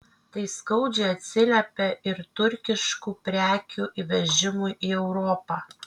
tai skaudžiai atsiliepia ir turkiškų prekių įvežimui į europą